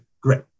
Great